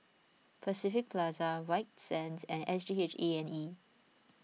Pacific Plaza White Sands and S G H A and E